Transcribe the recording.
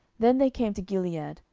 then they came to gilead,